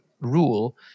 rule